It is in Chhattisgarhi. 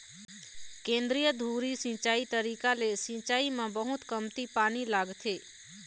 केंद्रीय धुरी सिंचई तरीका ले सिंचाई म बहुत कमती पानी लागथे